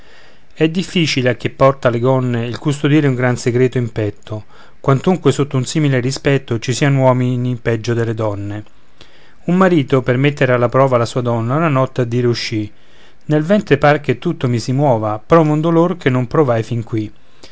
è difficile a chi porta le gonne il custodire un gran segreto in petto quantunque sotto un simile rispetto ci sian uomini peggio delle donne un marito per mettere alla prova la sua donna una notte a dire uscì nel ventre par che tutto mi si muova provo un dolor che non provai fin qui